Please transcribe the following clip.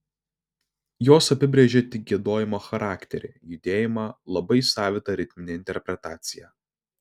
jos apibrėžė tik giedojimo charakterį judėjimą labai savitą ritminę interpretaciją